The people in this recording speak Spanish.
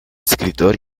escritor